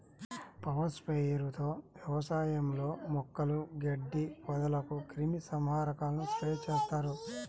power sprayer తో వ్యవసాయంలో మొక్కలు, గడ్డి, పొదలకు క్రిమి సంహారకాలను స్ప్రే చేస్తారు